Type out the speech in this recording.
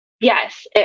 Yes